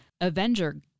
Avenger